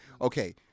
okay